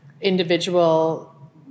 individual